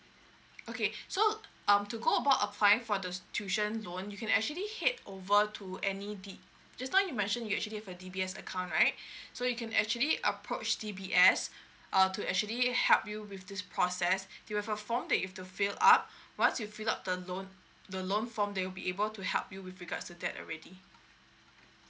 okay so um to go about applying for the tuition loan you can actually head over to any D just now you mentioned you actually have a D B S account right so you can actually approacH_D_B S uh to actually help you with this process they'll have a form that you've to fill up once you fill up the loan the loan form they will be able to help you with regards to that already